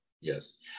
yes